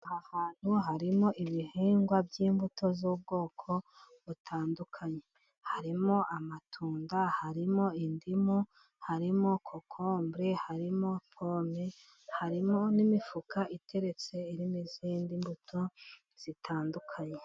Aha hantu harimo ibihingwa by'imbuto z'ubwoko butandukanye harimo: amatunda, harimo indimu ,harimo cokombure harimo, pome ,harimo n'imifuka iteretse irimo izindi mbuto zitandukanye.